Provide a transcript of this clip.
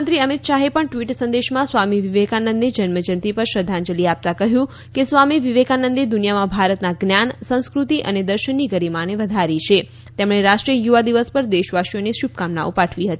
ગૃહમંત્રી અમિત શાહે પણ ટવીટ સંદેશમાં સ્વામી વિવેકાનંદને જન્મજયંતિ પર શ્રદ્ધાંજલી આપતા કહ્યું કે સ્વામી વિવેકાનંદ દુનિયામાં ભારતના જ્ઞાન સંસ્કૃતિ અને દર્શનની ગરિમાને વધારી છે તેમણે રાષ્ટ્રીય યુવા દિવસ પર દેશવાસીઓને શુભકામનાઓ પાઠવી હતી